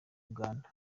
uganda